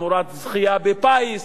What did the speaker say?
תמורת זכייה בפיס,